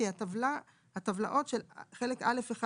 כי הטבלאות של חלק א'1,